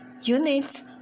Units